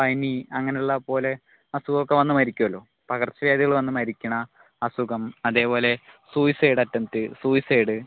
പനി അങ്ങനെയുള്ള പോലെ അസുഖമൊക്കെ വന്ന് മരിക്കൂലോ പകർച്ച വ്യാധികള് വന്ന് മരിക്കണ അസുഖം അതേപോലെ സൂയിസൈഡ് അറ്റംപ്റ്റ് സൂയിസൈഡ്